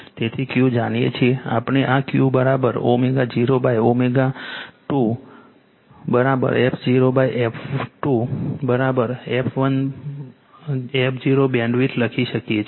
તેથી Q જાણીએ છીએ આપણે આ Q ω0 ω2 ω1 f0f 2 f 1 f0બેન્ડવિડ્થ લખી શકીએ છીએ